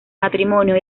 matrimonio